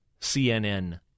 CNN